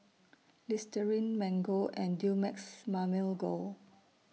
Listerine Mango and Dumex Mamil Gold